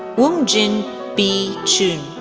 woongjin b. chun,